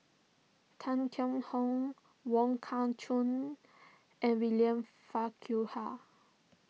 Tan Kheam Hock Wong Kah Chun and William Farquhar